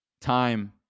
time